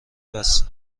بسه